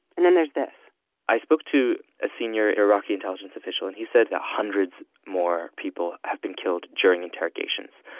and then there's this i spoke to a senior iraqi intelligence official. and he said that hundreds more people have been killed during interrogations.